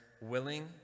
willing